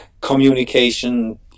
communication